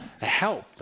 help